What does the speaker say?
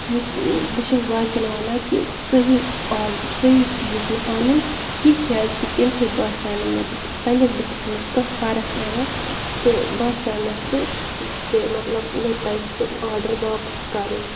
یُس بہٕ چھَس باقٕیَن وَنان کہِ سُہ ہیوٗ آرڈَر سُہ ہیوٗ چیٖز نہٕ اَنُن کینٛہہ کیٛازِ کہِ تَمہِ سۭتۍ باسیو نہٕ مےٚ بٕتھِس پنٛنِس بٕتھِس منٛز کانٛہہ فرق یِوان تہٕ باسیو مےٚ سُہ کہِ مطلب مےٚ پَزِ سُہ آرڈر واپَس کَرُن